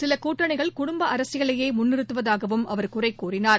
சில கூட்டணிகள் குடும்ப அரசியலையே முன்நிறுத்துவதாகவும் அவர் குற்றம்சாட்டினார்